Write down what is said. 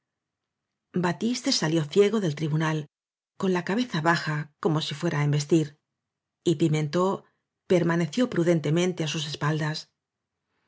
batiste salió ciego del tribunal con la cabeza baja como si fuera á embestir y pimento permaneció prudentemente á sus espaldas